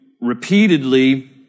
repeatedly